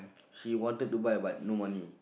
she wanted to buy but no money